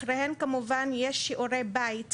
אחריהן יש שיעורי בית כמובן,